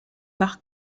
par